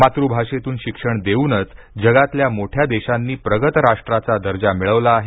मातृभाषेतून शिक्षण देऊनच जगातल्या मोठ्या देशांनी प्रगत राष्ट्राचा दर्जा मिळवला आहे